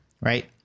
right